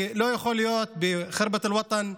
כי לא יכול להיות שבח'רבת אל-ווטן,